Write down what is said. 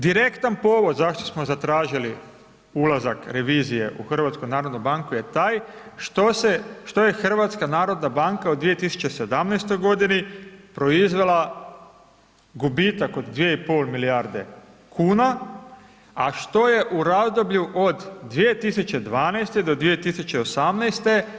Direktan povod zašto smo zatražili ulazak revizije u HNB je taj što je HNB od 2017. godini, proizvela gubitak od 2,5 milijarde kuna, a što je u razdoblju od 2012.-2018.